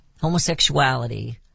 homosexuality